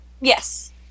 Yes